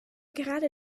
gerade